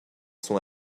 son